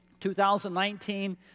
2019